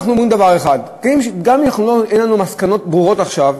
אנחנו אומרים דבר אחד: גם אם אין לנו מסקנות ברורות עכשיו,